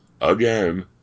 again